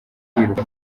yiruka